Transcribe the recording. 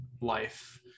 life